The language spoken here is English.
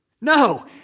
No